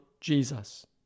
Jesus